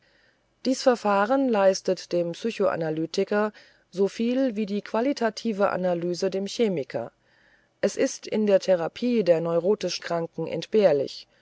dies verfahren leistet dem psychoanalytiker so viel wie die qualitative analyse dem chemiker es ist in der therapie der neurotisch kranken entbehrlich